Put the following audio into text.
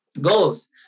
goals